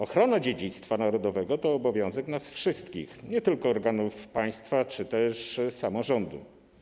Ochrona dziedzictwa narodowego jest obowiązkiem nas wszystkich, nie tylko organów państwa czy też samorządu.